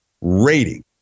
rating